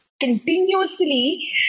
continuously